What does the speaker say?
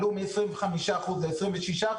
עלו מ-25% ל-26%,